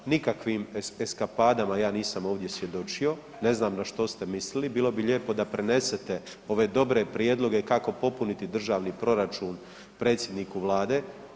Nikakvim eskapadama ja nisam ovdje svjedočio, ne znam na što ste mislili, bilo bi lijepo da prenesete ove dobre prijedloge kako popuniti državni proračun predsjedniku Vlade.